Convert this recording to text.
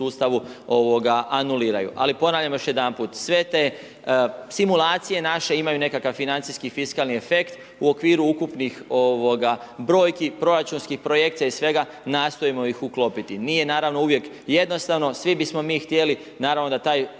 sustavu anuliraju. Ali ponavljam još jedanput, sve te simulacije naše imaju nekakav financijski fiskalni efekt u okviru ukupnih brojki, proračunskih projekcija i svega nastojimo ih uklopiti. Nije naravno uvijek jednostavno, svi bismo mi htjeli naravno da taj